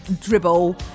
dribble